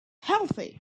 healthy